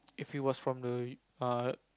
if you was from the uh